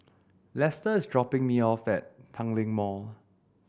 Lesta is dropping me off at Tanglin Mall